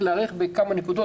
איך להיערך בכמה נקודות,